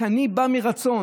כשאני בא מרצון,